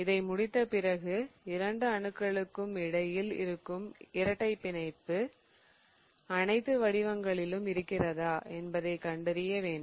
இதை முடித்த பிறகு இரண்டு அணுக்களுக்கும் இடையில் இருக்கும் இரட்டை பிணைப்பு அனைத்து வடிவங்களிலும் இருக்கிறதா என்பதை கண்டறிய வேண்டும்